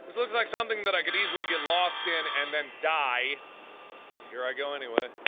looks like something that i could easily get lost in and then die here i go anyway